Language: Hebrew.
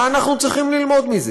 מה אנחנו צריכים ללמוד מזה?